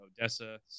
Odessa